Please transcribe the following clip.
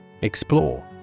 EXPLORE